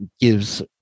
gives